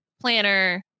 Planner